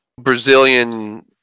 Brazilian